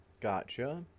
Gotcha